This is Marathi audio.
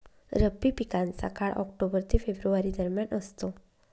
रब्बी पिकांचा काळ ऑक्टोबर ते फेब्रुवारी दरम्यान असतो